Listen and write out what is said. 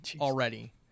already